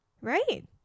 right